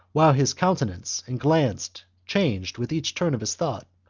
while his countenance and glance changed with each turn of his thought,